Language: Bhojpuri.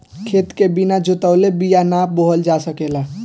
खेत के बिना जोतवले बिया ना बोअल जा सकेला